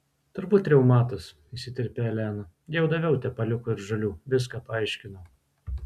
turbūt reumatas įsiterpė elena jau daviau tepaliuko ir žolių viską paaiškinau